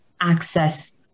access